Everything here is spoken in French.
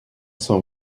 sans